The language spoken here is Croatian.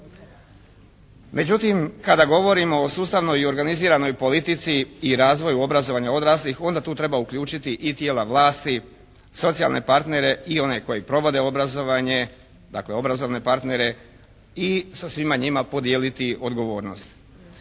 Međutim kada govorimo o sustavnoj i organiziranoj politici i razvoju obrazovanja odraslih onda tu treba uključiti i tijela vlasti, socijalne partnere i one koji provode obrazovanje, dakle obrazovne partnere i sa svima njima podijeliti odgovornost.